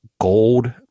gold